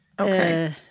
Okay